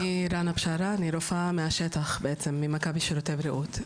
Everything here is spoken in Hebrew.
אני רופאה מהשטח, ממכבי שירותי בריאות.